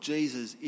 Jesus